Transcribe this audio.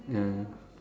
ya ya ya